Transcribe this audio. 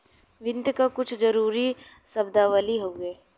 वित्त क कुछ जरूरी शब्दावली हउवे